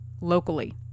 locally